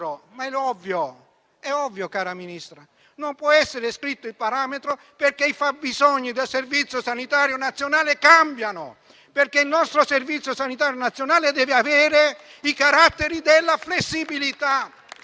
parametro non può essere scritto, perché i fabbisogni del Servizio sanitario nazionale cambiano, perché il nostro Servizio sanitario nazionale deve avere i caratteri della flessibilità